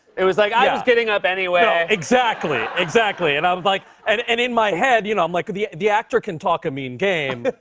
it was like, i was getting up anyway. exactly, exactly. and i was, like and and in my head you know i'm like, the the actor can talk a mean game,